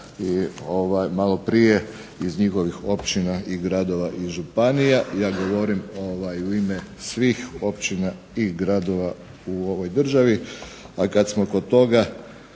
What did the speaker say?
malo prije iz njihovih općina, gradova i županija. Ja govorim u ime svih općina i gradova u ovoj državi. A kada smo kod toga